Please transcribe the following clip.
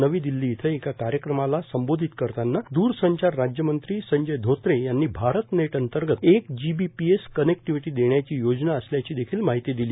नवी दिल्ली इथं एका कार्यक्रमाला संबोधित करताना द्ररसंघार राष्यमंत्री संजय बोत्रे यांनी भारत नेट अंतर्गत एक जीबीएस कनेक्टीविटी देण्याची योजना असल्याची देखिल माहिती दिली